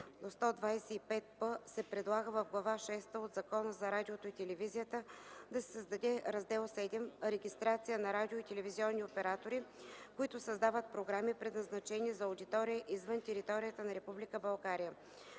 - 125п се предлага в Глава шеста от Закона за радиото и телевизията да се създаде Раздел VІІ – „Регистрация на радио- и телевизионни оператори, които създават програми, предназначени за аудитория извън територията на